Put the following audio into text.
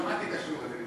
שמעתי את השיעור הזה.